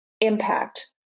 impact